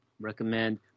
recommend